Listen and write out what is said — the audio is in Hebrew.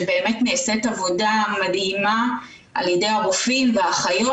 שבאמת נעשית עבודה מדהימה על ידי הרופאים והאחיות